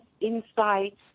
insights